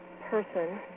person